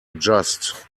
just